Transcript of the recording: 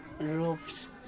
roofs